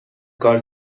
کار